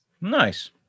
Nice